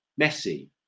Messi